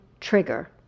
trigger